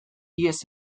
ihes